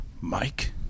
mike